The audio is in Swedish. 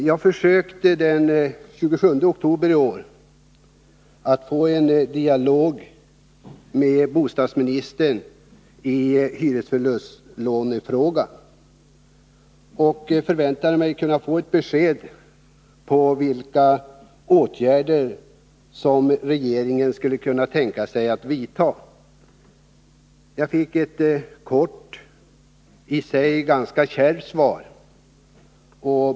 Jag försökte den 27 oktober i år att få en dialog med bostadsministern i hyresförlustlånefrågan, och förväntade mig kunna få ett besked om vilka åtgärder regeringen skulle kunna tänka sig att vidta. Jag fick ett kort och i och för sig ganska kärvt svar.